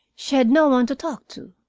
she had no one to talk to.